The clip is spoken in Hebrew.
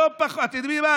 אתם יודעים מה,